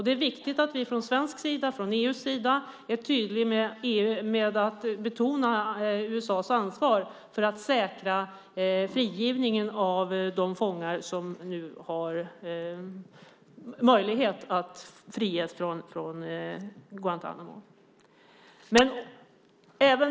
Det är viktigt att vi i Sverige och i EU är tydliga med att betona USA:s ansvar för att säkra frigivningen av de fångar som ska friges från Guantánamo.